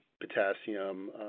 potassium